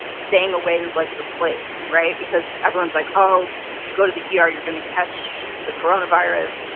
staying away like the plague right? because everyone's like, oh, oh, if you go to the er, you're going to catch the coronavirus.